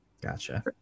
Gotcha